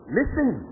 listen